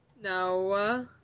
No